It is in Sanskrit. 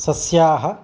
सस्यानि